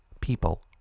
People